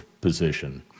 position